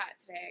today